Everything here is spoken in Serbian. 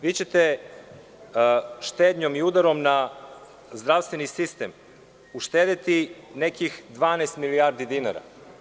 Vi ćete štednjom i udarom na zdravstveni sistem uštedeti nekih 12 milijardi dinara.